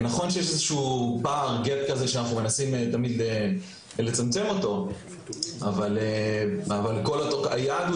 נכון שיש איזשהו פער שאנחנו מנסים תמיד לצמצם אבל היעד הוא